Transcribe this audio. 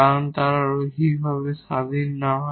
কারণ যদি তারা লিনিয়ারভাবে ইন্ডিপেন্ডেট না হয়